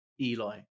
Eli